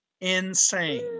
insane